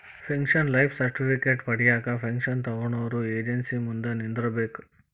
pension life certificate ಪಡ್ಯಾಕ pension ತೊಗೊನೊರ agency ಮುಂದ ನಿಂದ್ರಬೇಕ್